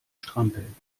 strampeln